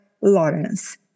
Lawrence